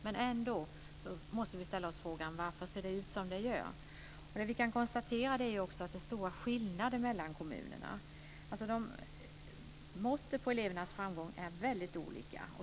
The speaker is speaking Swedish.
Men vi måste ändå ställa oss frågan varför det ser ut som det gör. Vi kan konstatera att det finns stora skillnader mellan kommunerna. Måttet på elevernas framgång är väldigt olika.